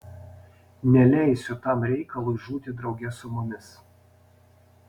neleisiu tam reikalui žūti drauge su mumis